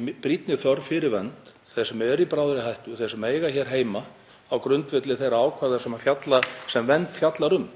í brýnni þörf fyrir vernd, þeirra sem eru í bráðri hættu, þeirra sem eiga hér heima, á grundvelli þeirra ákvæða sem vernd fjallar um.